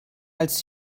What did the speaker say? als